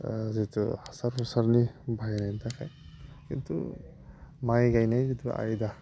जिथु हासार हुसारनि बाहायनायनि थाखाय खिन्थु माइ गायनाय जिथु आयदा